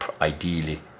ideally